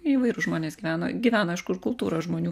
įvairūs žmonės gyveno gyveno aišku ir kultūros žmonių